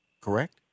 correct